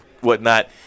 whatnot